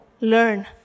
learn